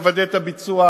לוודא את הביצוע.